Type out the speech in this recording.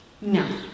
No